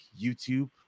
youtube